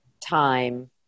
time